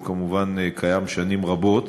שהוא כמובן קיים שנים רבות,